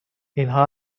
اینها